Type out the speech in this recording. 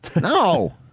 No